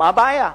מה הבעיה?